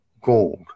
gold